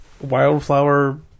wildflower